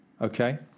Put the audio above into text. Okay